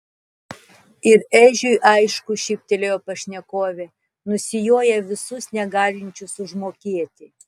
ir ežiui aišku šyptelėjo pašnekovė nusijoja visus negalinčius užmokėti